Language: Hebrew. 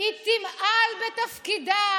היא תמעל בתפקידה"